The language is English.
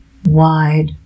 wide